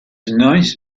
nice